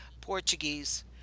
Portuguese